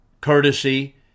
courtesy